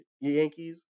Yankees